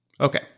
Okay